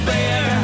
Bear